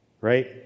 right